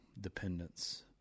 dependence